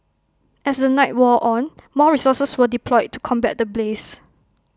as the night wore on more resources were deployed to combat the blaze